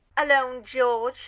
alone, george?